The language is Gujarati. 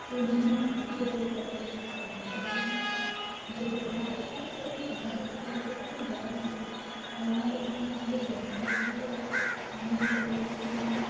એ બેનને હજુ એવી તકલીફ થવા લાગી કે એને જેવી પહેલા હતી એનાથી થોડી વધારે થવા લાગી કે એને ગળામાં ગળામાં દુખવાનું ખૂબ જ વધારે થઈ ગયું તો એ પાણી બી ગળી ન શકતા અને